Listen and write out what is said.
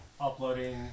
uploading